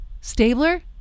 Stabler